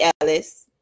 Ellis